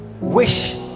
wish